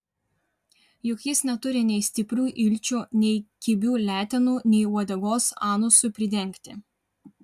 juk jis neturi nei stiprių ilčių nei kibių letenų nei uodegos anusui pridengti